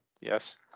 Yes